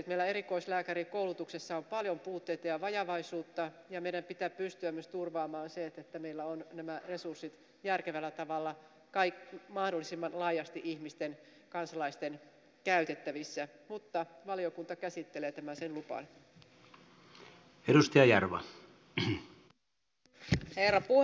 meillä erikoislääkärien koulutuksessa on paljon puutteita ja vajavaisuutta ja meidän pitää pystyä myös turvaamaan se että nämä resurssit ovat kaikki järkevällä tavalla ja mahdollisimman laajasti ihmisten kansalaisten käytettävissä mutta valiokunta käsittelee tätä sen mukaan